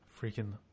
Freaking